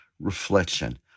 reflection